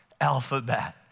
alphabet